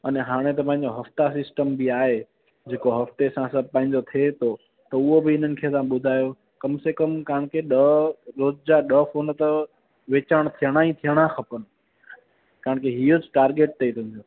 अने हाणे त पंहिजो हफ़्ता सिस्टम बि आहे जेको हफ़्ते सां सभु पंहिंजो थिए थो त हूअ बि हिननि खे तव्हां ॿुधायो कम से कम तव्हांखे ॾह रोज जा ॾह फ़ोन त विकिरणु थियण ई थियणु खपनि तव्हांखे हीअं टारगेट अथई तुंहिंजो